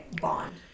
bond